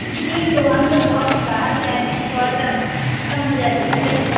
جی تو ہم لوگ بہت باہر سے آئے ہوٮٔے ہیں تھوڑا سا کم ہو جائے تو بہتر ہے